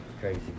Crazy